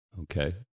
Okay